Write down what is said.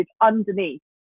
underneath